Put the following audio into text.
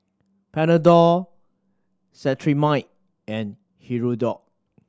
Panadol Cetrimide and Hirudoid